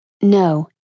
No